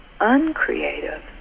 uncreative